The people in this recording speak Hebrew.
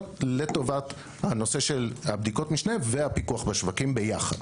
לטובת הנושא של בדיקות משנה והפיקוח בשווקים ביחד.